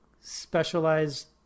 specialized